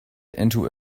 into